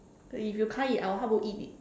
then if you can't eat I will help you eat it